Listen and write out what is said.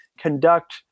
conduct